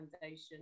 foundation